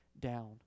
down